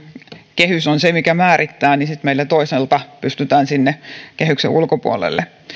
kehys on se mikä määrittää niin sitten meillä toisaalta pystytään sinne kehyksen ulkopuolelle